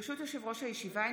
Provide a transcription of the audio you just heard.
ברשות יושב-ראש הישיבה,